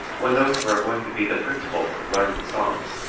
when those who are going to be the principals have learned the songs,